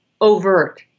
overt